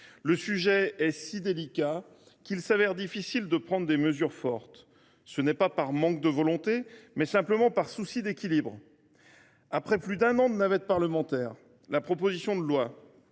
Le sujet est si délicat qu’il s’avère difficile de prendre des mesures fortes, non par manque de volonté, mais simplement par souci d’équilibre. Après plus d’un an de navette parlementaire, la proposition de loi